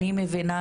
אני מבינה